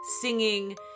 singing